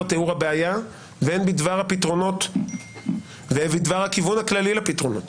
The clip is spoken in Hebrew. תיאור הבעיה והן בדבר הפתרונות והן הכיוון הכללי לפתרונות,